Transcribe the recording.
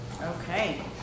Okay